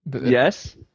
Yes